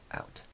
out